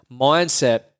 mindset